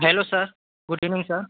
hello sir good evening sir